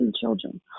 children